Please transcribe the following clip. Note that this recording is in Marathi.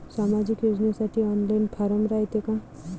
सामाजिक योजनेसाठी ऑनलाईन फारम रायते का?